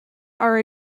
are